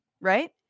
Right